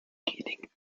gelingt